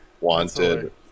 Wanted